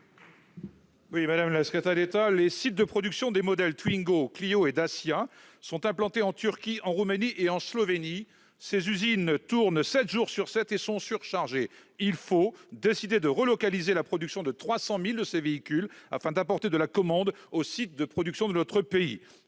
Madame la secrétaire d'État, les sites de production des modèles Twingo, Clio et Dacia sont implantés en Turquie, en Roumanie et en Slovénie. Ces usines tournent sept jours sur sept et sont surchargées. Il faut décider de relocaliser la production de 300 000 de ces véhicules, afin d'apporter de la commande aux sites de production de notre pays.